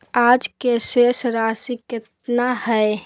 आज के शेष राशि केतना हइ?